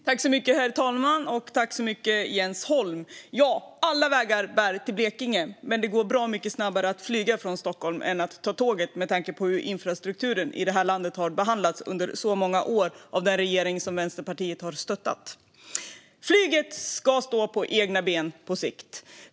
Herr talman! Tack så mycket, Jens Holm! Alla vägar bär till Blekinge, men det går bra mycket snabbare att flyga från Stockholm än att ta tåget med tanke på hur infrastrukturen i det här landet under så många år har behandlats av den regering som Vänsterpartiet har stöttat. Flyget ska stå på egna ben på sikt.